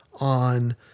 on